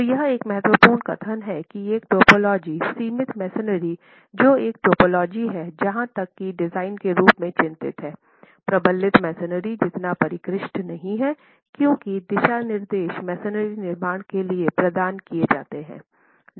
तो यह एक महत्वपूर्ण कथन है कि एक टोपोलॉजी सीमित मैसनरी जो एक टोपोलॉजी है जहाँ तक कि डिजाइन के रूप में चिंतित है प्रबलित मैसनरी जितना परिष्कृत नहीं है क्योंकि दिशा निर्देश मैसनरी निर्माण के लिए प्रदान किए जाते हैं